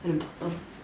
and err